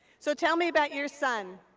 so tell me about your son.